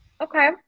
Okay